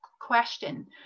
question